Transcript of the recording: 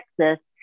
Texas